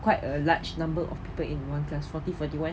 quite a large number of people in one class forty forty one